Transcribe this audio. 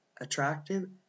attractive